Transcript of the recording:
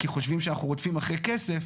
כי חושבים שאנחנו רודפים אחר הכסף.